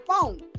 phone